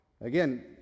Again